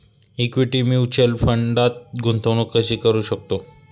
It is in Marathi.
इक्विटी म्युच्युअल फंडात गुंतवणूक कशी करू शकतो?